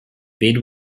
bid